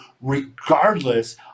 regardless